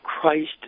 Christ